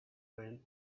when